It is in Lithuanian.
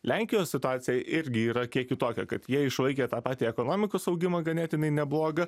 lenkijos situacija irgi yra kiek kitokia kad jie išlaikė tą patį ekonomikos augimą ganėtinai neblogą